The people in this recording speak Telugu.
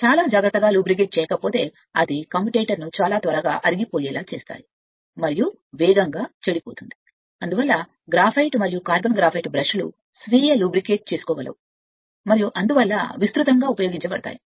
చాలా జాగ్రత్తగా సరళతరం చేయకపోతే అవి కమ్యుటేటర్ను చాలా త్వరగా కత్తిరించుకుంటాయి మరియు ఒకవేళ వేగంగా చెడిపోతుంది అందువల్ల గ్రాఫైట్ మరియు కార్బన్ గ్రాఫైట్ బ్రష్లు స్వీయ సరళత మరియు విస్తృతంగా ఉపయోగించబడతాయి